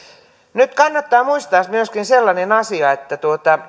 nyt kannattaa muistaa myöskin sellainen asia että